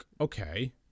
Okay